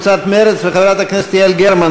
חברי הכנסת יצחק הרצוג,